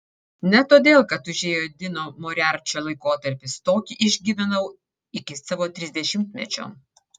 ne todėl kad užėjo dino moriarčio laikotarpis tokį išgyvenau iki savo trisdešimtmečio